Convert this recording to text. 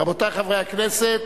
חברת הכנסת